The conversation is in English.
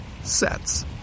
sets